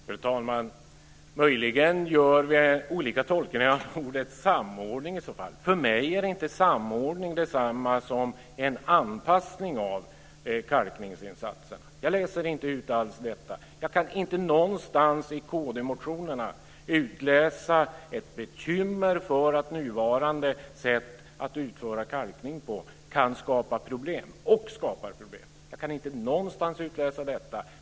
Fru talman! Möjligen gör vi olika tolkningar av ordet "samordning" i så fall. För mig är inte samordning detsamma som en anpassning av kalkningsinsatserna. Jag läser inte alls ut detta. Jag kan inte någonstans i kd-motionerna utläsa ett bekymmer för att nuvarande sätt att utföra kalkning på kan skapa problem - och också skapar problem. Jag kan inte någonstans utläsa detta.